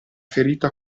ferita